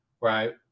right